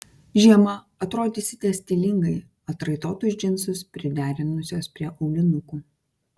žiemą atrodysite stilingai atraitotus džinsus priderinusios prie aulinukų